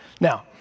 Now